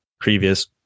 previous